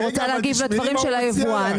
אני רוצה להגיב לדברי היבואן,